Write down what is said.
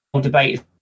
debate